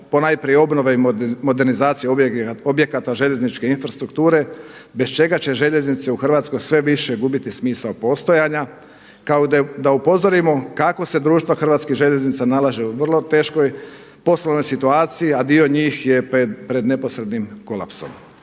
ponajprije obnove i modernizacije objekata željezničke infrastrukture bez čega će željeznice u Hrvatskoj sve više gubiti smisao postojanja kao da upozorimo kako se društva Hrvatskih željeznica nalaze u vrlo teškoj poslovnoj situaciji a dio njih je pred neposrednim kolapsom.